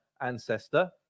ancestor